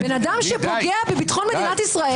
בן אדם שפוגע בביטחון מדינת ישראל,